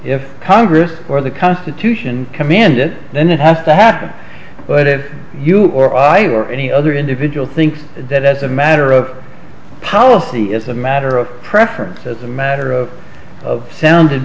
if congress or the constitution command it then it has to happen but it you or i or any other individual think that as a matter of policy it's a matter of preference as a matter of founded